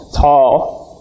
tall